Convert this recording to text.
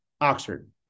Oxford